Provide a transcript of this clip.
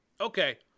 Okay